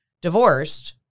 divorced